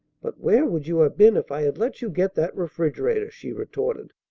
but where would you have been if i had let you get that refrigerator? she retorted.